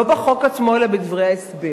לא בחוק עצמו אלא בדברי ההסבר,